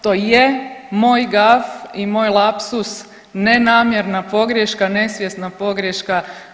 To je moj gaf i moj lapsus, nenamjerna pogreška nesvjesna pogreška.